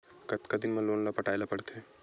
कतका दिन मा लोन ला पटाय ला पढ़ते?